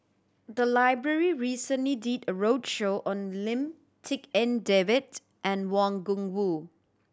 the library recently did a roadshow on Lim Tik En David and Wang Gungwu